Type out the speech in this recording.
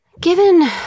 Given